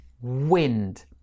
wind